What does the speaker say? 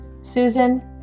Susan